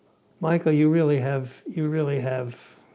michael, you really have, you really have,